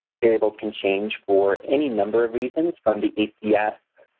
variables can change for any number of reasons from the yeah